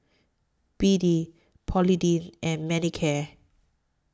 B D Polident and Manicare